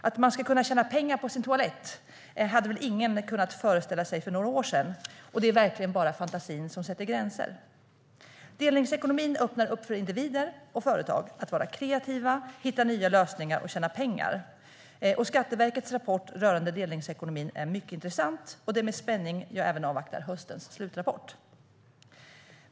Att man ska kunna tjäna pengar på sin toalett hade väl ingen kunnat föreställa sig för några år sen, och det är verkligen bara fantasin som sätter gränser. Delningsekonomin öppnar möjligheter för individer och företag att vara kreativa, hitta nya lösningar och tjäna pengar. Skatteverkets rapport rörande delningsekonomin är mycket intressant, och det är med spänning jag även avvaktar höstens slutrapport.